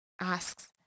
asks